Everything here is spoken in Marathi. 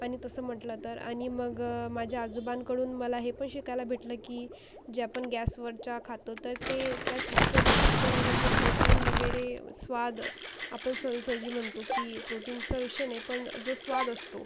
आणि तसं म्हटलं तर आणि मग माझ्या आजोबांकडून मला हे पण शिकायला भेटलं की जे आपण गॅसवरच्या खातो तर ते त्यात इतकं जास्त म्हणजे प्रोटीन वगैरे स्वाद आपण सहजासहजी म्हणतो की प्रोटीनचा विषय नाही पण जो स्वाद असतो